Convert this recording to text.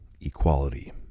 equality